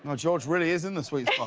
ah george really is in the sweet spot.